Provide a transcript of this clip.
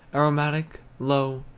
aromatic, low,